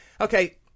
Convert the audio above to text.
Okay